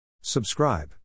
subscribe